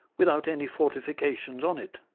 without any fortifications on it.